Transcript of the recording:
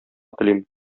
телим